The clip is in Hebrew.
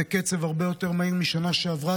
זה קצב הרבה יותר מהיר מהשנה שעברה,